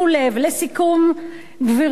לסיכום, גברתי,